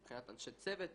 מבחינת אנשי צוות,